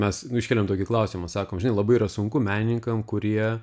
mes iškeliam tokį klausimą sakom žinai labai yra sunku menininkam kurie